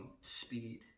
Speed